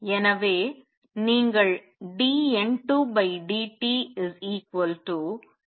எனவே நீங்கள் dN2dt A21N2என்று எழுதலாம்